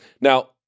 Now